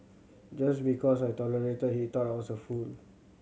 just because I tolerated he thought I was a fool